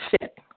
fit